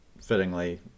Fittingly